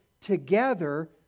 together